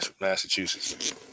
Massachusetts